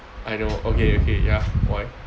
I know okay okay ya why